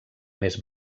més